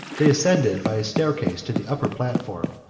they ascended by a staircase to the upper platform,